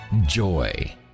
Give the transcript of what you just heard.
joy